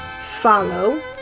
follow